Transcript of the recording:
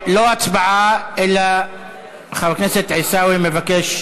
לא הצבעה, אלא חבר הכנסת עיסאווי מבקש